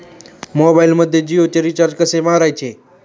मोबाइलमध्ये जियोचे रिचार्ज कसे मारायचे?